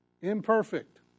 Imperfect